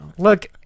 Look